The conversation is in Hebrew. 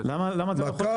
מק"ט,